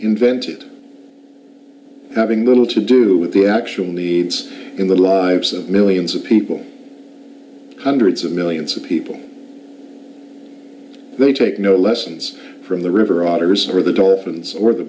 invented having little to do with the actual needs in the lives of millions of people hundreds of millions of people they take no lessons from the river otters or the dolphins or the